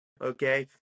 okay